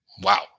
wow